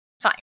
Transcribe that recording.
fine